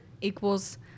equals